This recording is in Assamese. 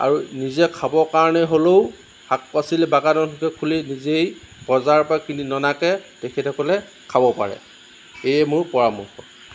আৰু নিজে খাবৰ কাৰণে হ'লেও শাক পাচলিৰ বাগানকে খুলি নিজেই বজাৰৰ পৰা কিনি ননাকে তেখেতসকলে খাব পাৰে এয়ে মোৰ পৰামৰ্শ